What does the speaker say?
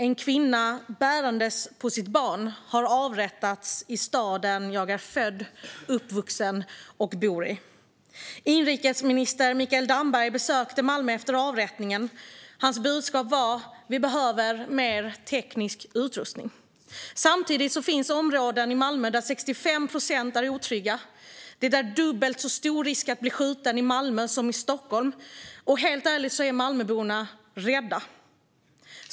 En kvinna bärandes på sitt barn har avrättats i staden jag är född och uppvuxen i och som jag bor i. Inrikesminister Mikael Damberg besökte Malmö efter avrättningen. Hans budskap var: Vi behöver mer teknisk utrustning. Samtidigt finns det områden i Malmö där 65 procent är otrygga. Det är dubbelt så stor risk att bli skjuten i Malmö som i Stockholm. Helt ärligt är Malmöborna rädda.